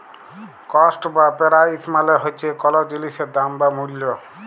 cost বা price মালে হছে কল জিলিসের দাম বা মূল্য